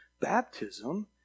baptism